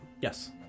Yes